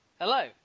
Hello